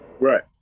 Right